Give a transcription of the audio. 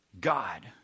God